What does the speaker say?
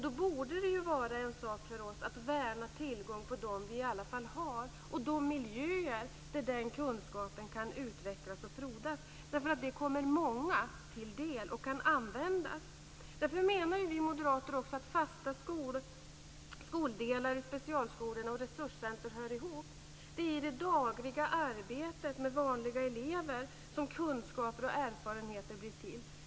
Då borde det vara en sak för oss att värna tillgången till dem vi i alla fall har liksom de miljöer där den kunskapen kan utvecklas och frodas. Detta kommer ju många till del och kan användas. Därför menar vi moderater att fasta skoldelar i specialskolor och resurcenter hör ihop. Det är i det dagliga arbetet med vanliga elever som kunskaper och erfarenheter blir till.